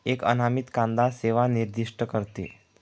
एक अनामित कांदा सेवा निर्दिष्ट करते